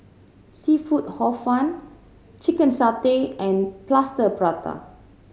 seafood Hor Fun chicken satay and Plaster Prata